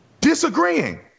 disagreeing